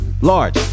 Large